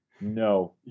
no